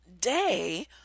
day